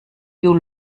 you